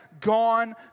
gone